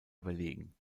überlegen